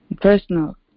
personal